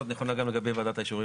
כל עובד יכול לשבת שם?